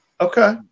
Okay